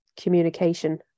communication